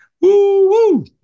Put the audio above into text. Woo-woo